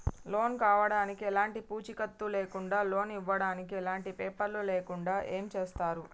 Loan కావడానికి ఎలాంటి పూచీకత్తు లేకుండా లోన్ ఇవ్వడానికి ఎలాంటి పేపర్లు లేకుండా ఏం చేస్తారు?